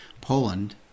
Poland